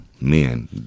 men